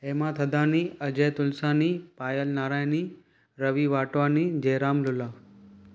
Hema Thadani Ajay Tulsani Payal Narayani Ravi Watwani Jairam Lula